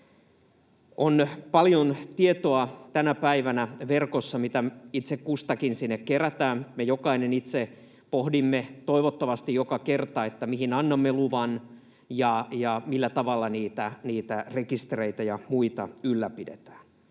On paljon tietoa tänä päivänä verkossa, mitä itse kustakin sinne kerätään. Me jokainen itse pohdimme toivottavasti joka kerta, mihin annamme luvan ja millä tavalla niitä rekistereitä ja muita ylläpidetään.